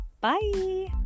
Bye